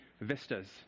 vistas